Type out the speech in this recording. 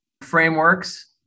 frameworks